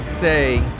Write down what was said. say